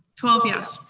twelve yes.